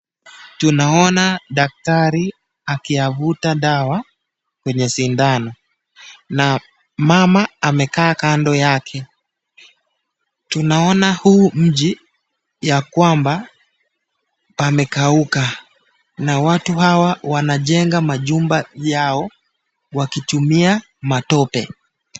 Tunaona daktari akiyavuta dawa kwenye sindano na mama amekaa kando yake. Tunaona huu mji ya kwamba pamekauka na watu hawa wanajenga majumba yao wakitumia matope.